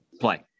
play